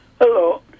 Hello